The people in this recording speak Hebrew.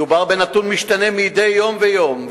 מדובר בנתון משתנה מדי יום ויום,